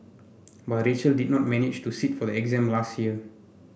but Rachel did not manage to sit for the exam last year